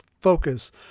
focus